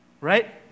right